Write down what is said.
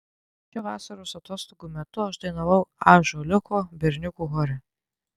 čia vasaros atostogų metu aš dainavau ąžuoliuko berniukų chore